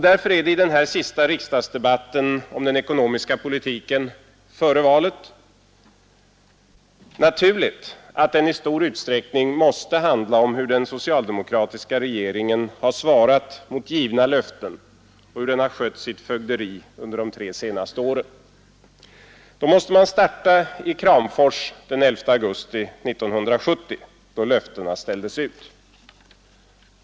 Därför är det naturligt att denna sista riksdagsdebatt före valet om den ekonomiska politiken i stor utsträckning måste handla om hur den socialdemokratiska regeringen har svarat mot sina löften och hur den skött sitt fögderi under de tre senaste åren. Då måste man starta i Kramfors den 11 augusti 1970, då löftena ställdes ut.